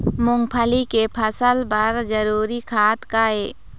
मूंगफली के फसल बर जरूरी खाद का ये?